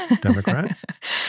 Democrat